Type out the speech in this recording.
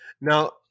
Now